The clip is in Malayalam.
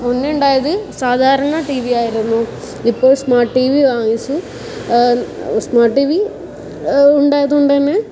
മുന്നെ ഉണ്ടായത് സാധാരണ ടി വി ആയിരുന്നു ഇപ്പോൾ സ്മാർട്ട് ടി വി വാങ്ങിച്ചു സ്മാർട്ട് ടി വി ഉണ്ടായത് കൊണ്ട് തന്നെ